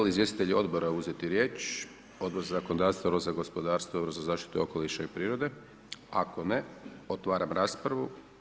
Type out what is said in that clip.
Želi izvjestitelj odbora uzeti riječ, Odbor za zakonodavstvo, Odbor za gospodarstvo, Odbor za zaštitu okoliša i prirode, ako ne, otvaram raspravu.